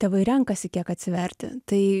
tėvai renkasi kiek atsiverti tai